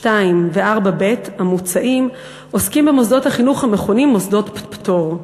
(2) ו-4(ב) המוצעים עוסקים במוסדות החינוך המכונים "מוסדות פטור".